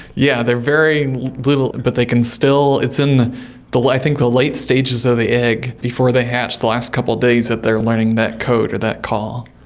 yeah they are very little but they can still, it's in i like think the late stages of the egg before they hatch, the last couple of days that they are learning that code or that call.